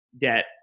debt